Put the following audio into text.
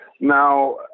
Now